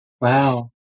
Wow